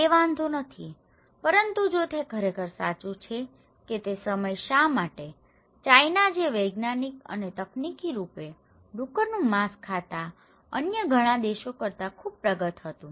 તે વાંધો નથી પરંતુ જો તે ખરેખર સાચું છે કે તે સમય શા માટે ચાઇના જે વૈજ્ઞાનિક અને તકનીકી રૂપે ડુક્કરનું માંસ ખાતા અન્ય ઘણા દેશો કરતાં ખૂબ પ્રગત હતું